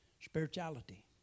spirituality